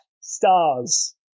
stars